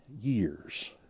years